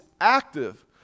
active